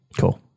Cool